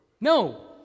No